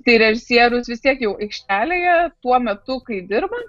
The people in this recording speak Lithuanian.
tai režisierius vis tiek jau aikštelėje tuo metu kai dirba